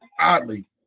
oddly